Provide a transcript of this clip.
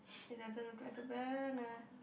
it doesn't look like a banana